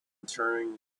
turning